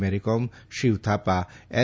Mary Kom Shiva Thapa L